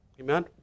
Amen